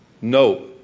No